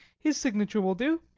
his signature will do.